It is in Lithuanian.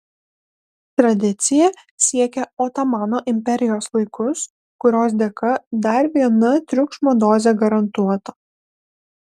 tradicija siekia otomano imperijos laikus kurios dėka dar viena triukšmo dozė garantuota